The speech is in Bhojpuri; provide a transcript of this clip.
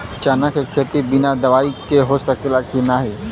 चना के खेती बिना दवाई के हो सकेला की नाही?